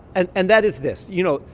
and and that is this. you know,